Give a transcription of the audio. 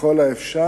ככל האפשר,